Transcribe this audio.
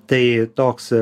tai toks